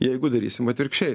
jeigu darysim atvirkščiai